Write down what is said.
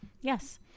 yes